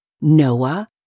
Noah